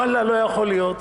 וואלה לא יכול להיות.